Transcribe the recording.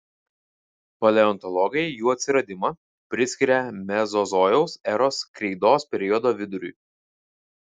paleontologai jų atsiradimą priskiria mezozojaus eros kreidos periodo viduriui